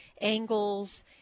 angles